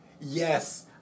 yes